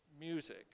music